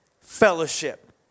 Fellowship